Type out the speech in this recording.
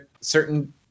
certain